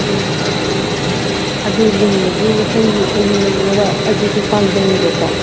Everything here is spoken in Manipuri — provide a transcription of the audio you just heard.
ꯑꯗꯨ ꯂꯤꯡꯕꯒꯤ ꯃꯊꯪꯒꯤ ꯑꯩꯈꯣꯏꯒꯤ ꯅꯪꯅꯕ ꯑꯗꯨꯁꯨ ꯄꯥꯝꯖꯩꯑꯕꯀꯣ